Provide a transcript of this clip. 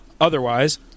Otherwise